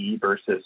versus